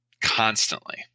constantly